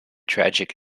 tragic